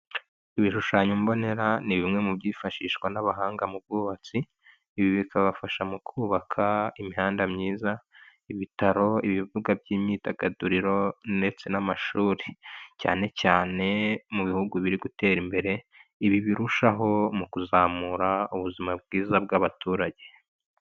Ibishushanyo mbonera ni bimwe mu byifashishwa n'abahanga mu bwubatsi, ibi bikabafasha mu kubaka imihanda myiza, ibitaro, ibibuga by'imyidagaduro ndetse n'amashuri, cyane cyane mu bihugu biri gutera imbere, ibi birushaho mu kuzamura ubuzima bwiza bw'abaturage.